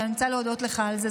ואני רוצה להודות לך על זה.